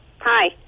Hi